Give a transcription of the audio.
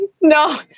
No